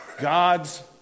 God's